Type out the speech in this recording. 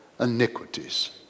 Iniquities